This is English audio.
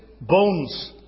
bones